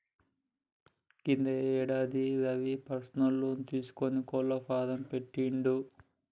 క్రితం యేడాది Ravi personal loan తీసుకొని కోళ్ల ఫాం పెట్టిండు